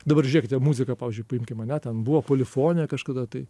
dabar žiūrėkite muziką pavyzdžiui paimkim ane ten buvo polifonija kažkada tai